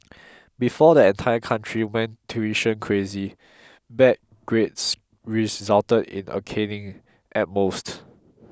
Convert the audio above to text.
before the entire country went tuition crazy bad grades resulted in a caning at most